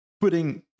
putting